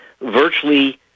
virtually